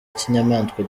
kinyamaswa